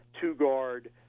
two-guard